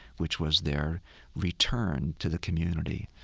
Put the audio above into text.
which was their return to the community.